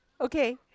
Okay